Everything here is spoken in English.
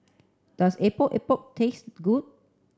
does Epok Epok taste good